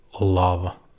love